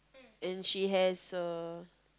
and she has uh